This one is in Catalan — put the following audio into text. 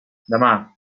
demà